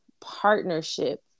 partnership